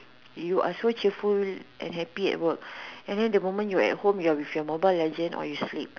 you're so cheerful and happy at work and then the moment you're at home you're with your mobile legend or you sleep